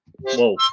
Whoa